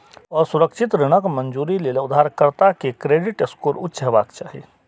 असुरक्षित ऋणक मंजूरी लेल उधारकर्ता के क्रेडिट स्कोर उच्च हेबाक चाही